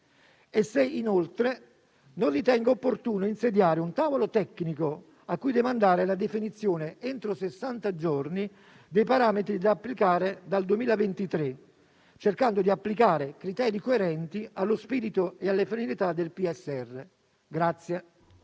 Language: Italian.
e se inoltre non ritenga opportuno insediare un tavolo tecnico a cui demandare la definizione, entro sessanta giorni, dei parametri da applicare dal 2023, cercando di applicare criteri coerenti allo spirito e alle finalità del PSR.